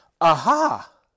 Aha